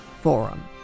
Forum